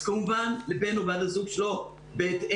אז כמובן לבן או בת הזוג שלו בהתאם.